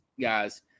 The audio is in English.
guys